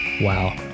Wow